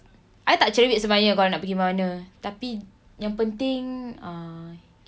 I tak cerita sebanyak kalau nak pergi mana tapi yang penting err